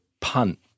punt